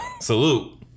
Salute